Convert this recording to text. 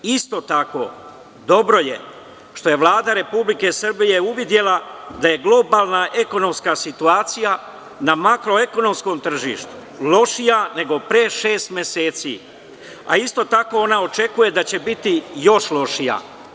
Isto tako, dobro je što je Vlada Republike Srbije uvidela da je globalna ekonomska situacija na markoekonomskom tržištu lošija nego pre šest meseci, a isto tako ona očekuje da će biti još lošija.